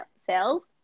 sales